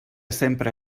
sempre